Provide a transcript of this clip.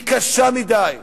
היא קשה מדי,